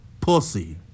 Pussy